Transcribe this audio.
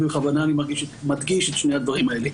ובכוונה אני מדגיש את שני הדברים האלה.